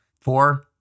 four